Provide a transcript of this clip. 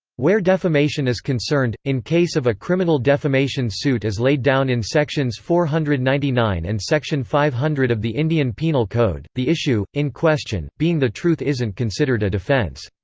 where defamation is concerned, in case of a criminal defamation suit as laid down in sections four hundred and ninety nine and section five hundred of the indian penal code, the issue in question being the truth isn't considered a defence.